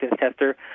tester